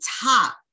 top